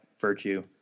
Virtue